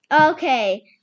Okay